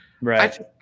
right